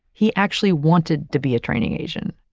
he actually wanted to be a training agent.